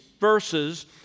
verses